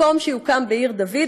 מקום שיוקם בעיר דוד,